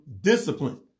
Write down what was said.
discipline